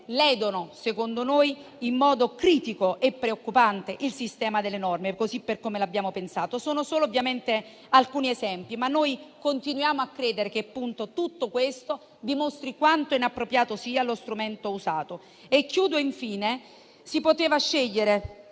ledono, secondo noi in modo critico e preoccupante, il sistema delle norme per come l'abbiamo pensato. Sono solo alcuni esempi, ma noi continuiamo a credere che tutto questo dimostri quanto inappropriato sia lo strumento usato. Infine, si poteva scegliere